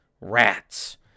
rats